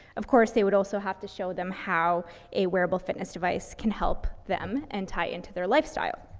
of course, they would also have to show them how a wearable fitness device can help them and tie into their lifestyle.